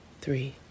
three